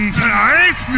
tonight